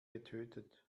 getötet